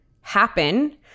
happen